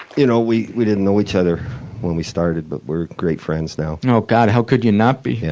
y'know, we we didn't know each other when we started, but we're great friends now. oh god, how could you not be?